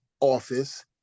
office